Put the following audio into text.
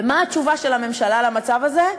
ומה התשובה של הממשלה למצב הזה?